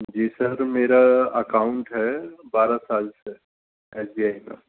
جی sir میرا account ہے بارہ سال سے ایس بی آئی کا